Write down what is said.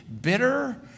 bitter